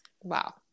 wow